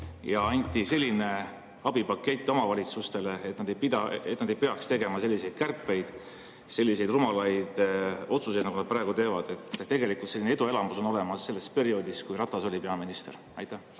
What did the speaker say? Siis tehti abipakett omavalitsustele, et nad ei peaks tegema selliseid kärpeid, selliseid rumalaid otsuseid, nagu nad praegu teevad. Tegelikult selline eduelamus oli olemas sellel perioodil, kui Ratas oli peaminister. Palun,